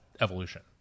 evolution